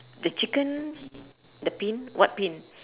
the chicken the pin what pin